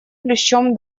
плющом